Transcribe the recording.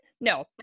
No